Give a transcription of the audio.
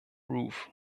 ruth